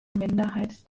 minderheit